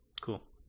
cool